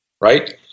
right